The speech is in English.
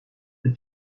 the